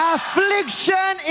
Affliction